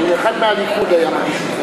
אחד מהליכוד היה מגיש את זה,